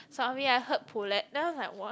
sorry I heard polite then I was like what